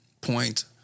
point